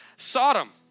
Sodom